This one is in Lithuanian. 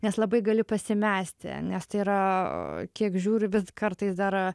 nes labai gali pasimesti nes tai yra kiek žiūriu kartais dar